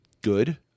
good